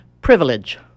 Privilege